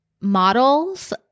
models